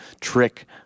trick